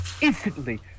Instantly